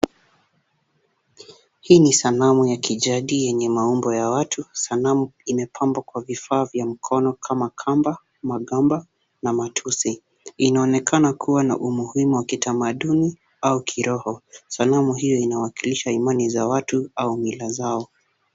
Hii ni sanamu ya kijadi yenye maumbo ya watu. Sanamu imepambwa kwa vifaa vya mkono kama kamba, magamba na matusi. Inaonekana kuwa na umuhimu wa kitamaduni au kiroho. Sanamu hiyo inawakilisha imani za watu au mila zao.